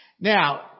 Now